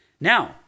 Now